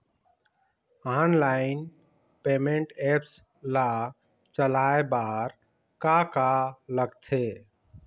Online payment apps ला चलाए बार का का लगथे?